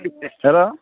hello